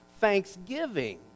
thanksgiving